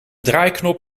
draaiknop